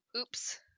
Oops